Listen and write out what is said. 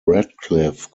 radcliffe